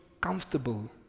comfortable